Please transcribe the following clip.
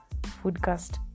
foodcast